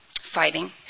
fighting